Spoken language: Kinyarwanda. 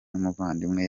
n’umuvandimwe